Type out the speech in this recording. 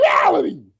reality